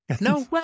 No